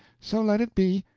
so let it be.